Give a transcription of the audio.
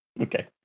Okay